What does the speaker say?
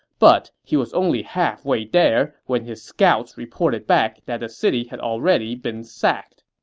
but he was only halfway there when his scouts reported back that the city had already been sacked.